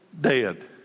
dead